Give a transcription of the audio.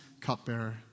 cupbearer